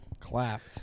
Clapped